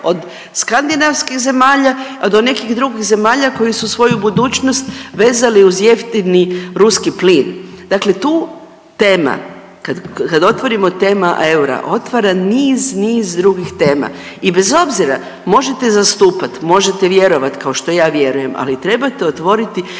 od skandinavskih zemalja pa do nekih drugih zemalja koji su svoju budućnost vezali uz jeftini ruski plin. Dakle, tu tema kad otvorimo tema eura otvara niz, niz drugih tema i bez obzira možete zastupati, možete vjerovati kao što ja vjerujem, ali trebate otvoriti